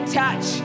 touch